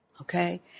okay